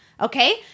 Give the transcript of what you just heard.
Okay